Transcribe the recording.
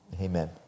Amen